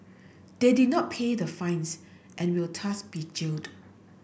they did not pay the fines and will thus be jailed